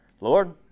Lord